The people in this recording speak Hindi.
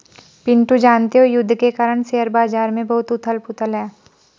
पिंटू जानते हो युद्ध के कारण शेयर बाजार में बहुत उथल पुथल है